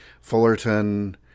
Fullerton